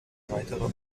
weiterer